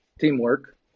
teamwork